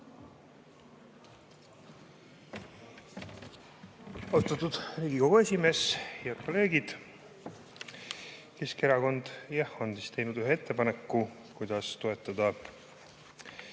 Austatud Riigikogu esimees! Head kolleegid! Keskerakond on jah teinud ühe ettepaneku, kuidas toetada